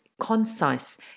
concise